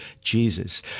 Jesus